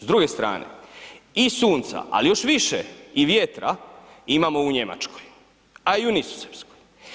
S druge strane, iz sunca, ali još više i vjetra imamo u Njemačkoj a i u Nizozemskoj.